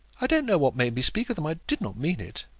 i don't know what made me speak of them. i did not mean it.